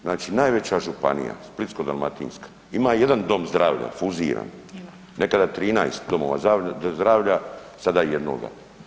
Znači najveća županija, Splitsko-dalmatinska, ima jedan dom zdravlja fuziran, nekada 13 domova zdravlja, sada jednoga.